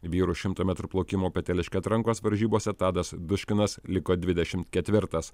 vyrų šimto metrų plaukimo peteliške atrankos varžybose tadas duškinas liko dvidešimt ketvirtas